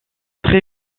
très